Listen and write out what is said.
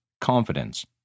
confidence